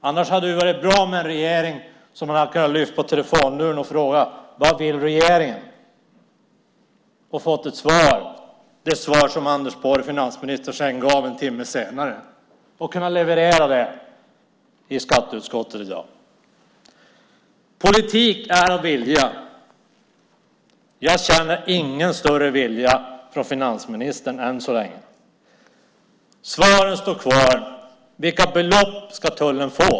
Annars hade det varit bra om man kunde lyfta på telefonluren och fråga regeringen vad den vill för att få det svar som finansminister Anders Borg gav en timme senare och leverera det svaret i skatteutskottet i dag. Politik är att vilja. Jag känner än så länge ingen större vilja från finansministern. Frågan kvarstår: Vilka belopp ska tullen få?